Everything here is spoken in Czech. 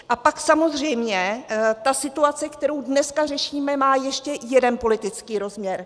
A pak samozřejmě ta situace, kterou dneska řešíme, má ještě jeden politický rozměr.